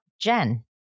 Jen